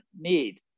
need